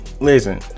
listen